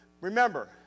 Remember